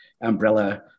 umbrella